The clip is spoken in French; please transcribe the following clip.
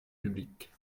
public